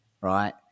right